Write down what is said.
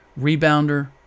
rebounder